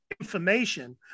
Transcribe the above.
information